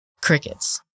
Crickets